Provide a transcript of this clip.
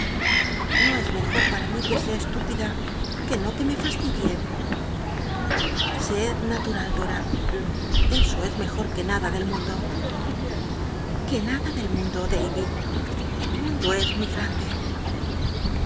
no es mejor para mí que sea cstilpida c uc no que me fastidien se natural do eso es mejor que nadn del mundo que nada del mundo david i el mundo es muy grande